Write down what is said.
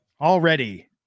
already